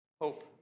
hope